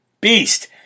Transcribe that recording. beast